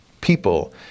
people